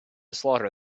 slaughter